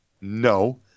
no